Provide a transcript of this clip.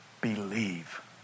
believe